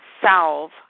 solve